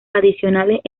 adicionales